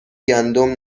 گندم